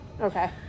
Okay